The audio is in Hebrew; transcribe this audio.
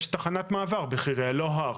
יש תחנת מעבר בחירייה, לא הר.